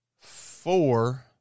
four